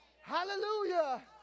Hallelujah